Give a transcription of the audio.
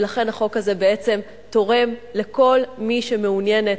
ולכן החוק הזה בעצם תורם לכל מי שמעוניינת,